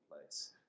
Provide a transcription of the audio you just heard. place